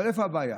אבל איפה הבעיה?